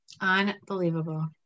Unbelievable